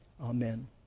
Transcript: amen